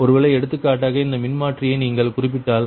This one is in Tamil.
ஒருவேளை எடுத்துக்காட்டாக இந்த மின்மாற்றியை நீங்கள் குறிப்பிட்டால்